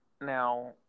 Now